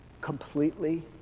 Completely